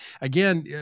again